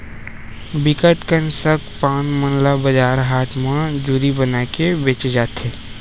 बिकट कन सग पान मन ल बजार हाट म जूरी बनाके बेंचे जाथे